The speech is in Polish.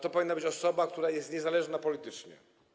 To powinna być osoba, która jest niezależna politycznie.